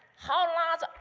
how long,